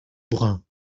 brun